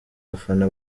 bafana